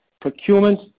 procurement